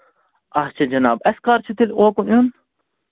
اچھا جِناب اَسہِ کر چھُ تیٚلہِ اوکُن یُن